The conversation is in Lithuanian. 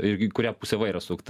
ir į kurią pusę vairą sukt